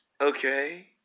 Okay